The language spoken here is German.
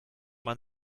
man